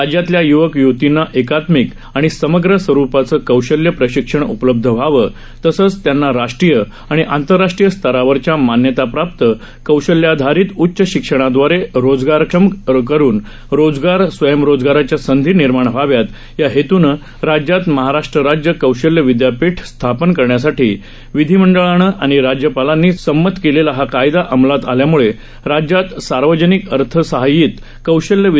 राज्यातल्या य्वक य्वतींना एकात्मिक आणि समग्र स्वरूपाचं कौशल्य प्रशिक्षण उपलब्ध व्हावं तसंच त्यांना राष्ट्रीय आणि आंतरराष्ट्रीय स्तरावरच्या मान्यताप्राप्त कौशल्याधारित उच्च शिक्षणादवारे रोजगारक्षम करुन रोजगार स्वयंरोजगाराच्या संधी निर्माण व्हाव्यात या हेतूनं राज्यात महाराष्ट्र राज्य कौशल्य विद्यापीठ स्थापन करण्यासाठी विधिमंडळानं आणि राज्यपालांनी संमत केलेला हा कायदा अमलात आल्यामुळे राज्यात सार्वजनिक अर्थसहाय्यित कौशल्य विद्यापीठाच्या स्थापनेच्या कामाला गती मिळणार आहे